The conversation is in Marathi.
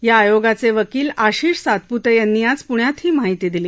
या आयोगाचे वकील आशिष सातप्ते यांनी आज पृण्यात ही माहिती दिली